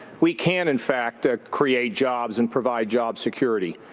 we can in fact ah create jobs and provide job security.